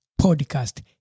podcast